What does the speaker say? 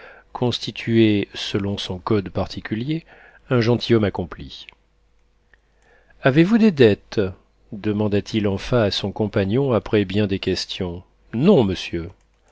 constituait selon son code particulier un gentilhomme accompli avez-vous des dettes demanda-t-il enfin à son compagnon après bien des questions non monsieur